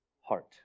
heart